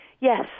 Yes